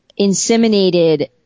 inseminated